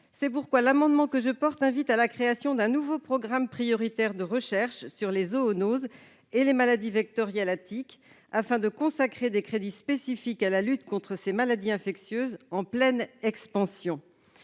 voit aujourd'hui. L'amendement que je défends vise donc à créer un nouveau programme prioritaire de recherche sur les zoonoses et les maladies vectorielles à tiques, afin de consacrer des crédits spécifiques à la lutte contre ces maladies infectieuses en pleine expansion.